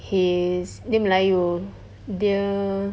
his dia melayu dia